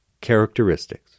characteristics